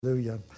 Hallelujah